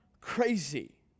crazy